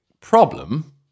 problem